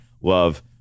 love